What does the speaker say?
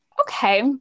Okay